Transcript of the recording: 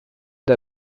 der